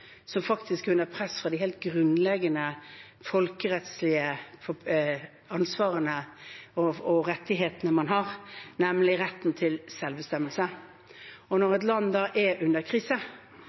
som faktisk er under press når det gjelder det helt grunnleggende folkerettslige ansvaret og rettighetene man har, nemlig retten til selvbestemmelse. Når et land da er i krise,